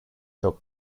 çok